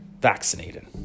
vaccinated